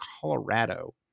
Colorado